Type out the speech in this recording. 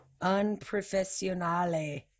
unprofessionale